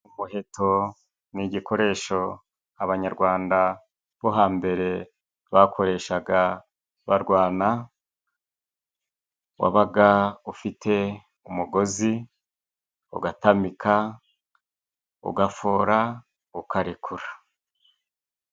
Umuheto ni igikoresho Abanyarwanda bo hambere bakoreshaga barwana. Wabaga ufite umugozi, ugatamika, ugafora, ukarekura.